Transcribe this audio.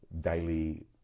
daily